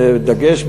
בדגש,